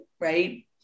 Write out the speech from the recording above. Right